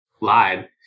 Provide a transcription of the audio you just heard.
lied